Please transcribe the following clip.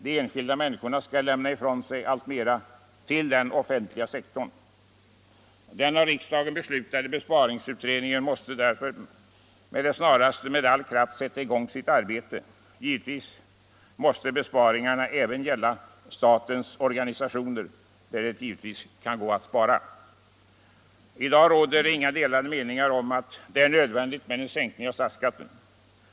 De enskilda människorna skall lämna ifrån sig alltmer till den offentliga sektorn. Den av riksdagen beslutade besparingsutredningen måste därför snarast med all kraft sätta i gång sitt arbete. Givetvis måste besparingarna även gälla statens organisation. I dag råder inga delade meningar om att det är nödvändigt med en sänkning av statsskatten.